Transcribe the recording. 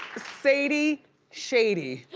sadie shady.